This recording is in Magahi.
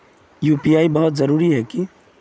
यु.पी.आई बहुत जरूरी है की?